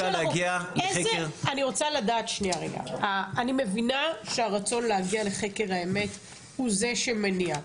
אני מבינה שהרצון להגיע לחקר האמת הוא זה שמניע.